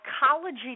psychology